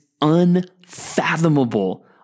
unfathomable